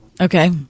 Okay